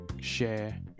share